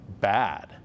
bad